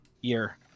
year